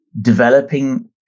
developing